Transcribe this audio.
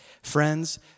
Friends